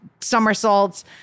somersaults